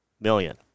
million